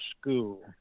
school